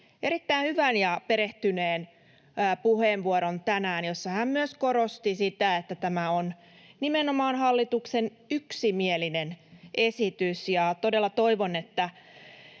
erittäin hyvän ja perehtyneen puheenvuoron, jossa hän myös korosti sitä, että tämä on nimenomaan hallituksen yksimielinen esitys. Todella toivon, että